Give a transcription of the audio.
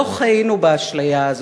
לא חיינו באשליה הזאת.